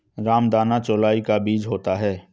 रामदाना चौलाई का बीज होता है